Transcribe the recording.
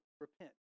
repent